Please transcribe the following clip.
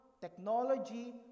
Technology